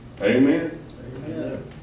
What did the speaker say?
Amen